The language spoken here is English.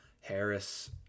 harris